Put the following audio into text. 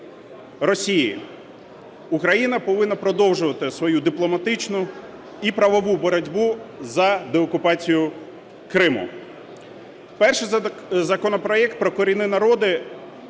Росії. Україна повинна продовжувати свою дипломатичну і правову боротьбу за деокупацію Криму. Перший законопроект про корінні народи